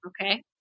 okay